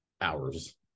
hours